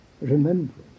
remembrance